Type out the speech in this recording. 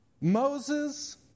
Moses